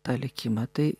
tą likimą tai